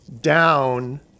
down